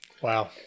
Wow